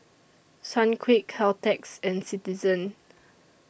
Sunquick Caltex and Citizen